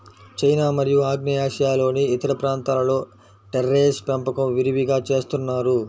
China మరియు ఆగ్నేయాసియాలోని ఇతర ప్రాంతాలలో టెర్రేస్ పెంపకం విరివిగా చేస్తున్నారు